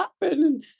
happen